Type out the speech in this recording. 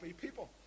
people